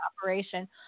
operation